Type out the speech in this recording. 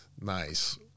Nice